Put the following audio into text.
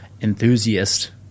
enthusiast